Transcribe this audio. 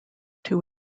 two